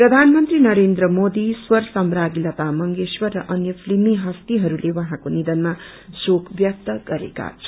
प्रधानमंत्री नरेन्द्र मोदी स्वर साम्रज्ञी लता मंगेशकर र अन्य फिल्मी हस्तीहरूले उहाँको नियनमा शोक व्यक्त गरेका छन्